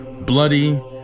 bloody